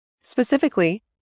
Specifically